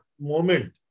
moment